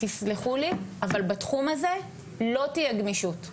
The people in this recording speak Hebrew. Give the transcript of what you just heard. הציגו שקף והראו שמדינת ישראל לומדת הכי הרבה שעות.